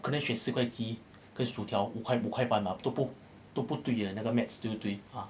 可能选四块鸡跟薯条五块五块半啦都不对那个 maths 对不对